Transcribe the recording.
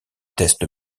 test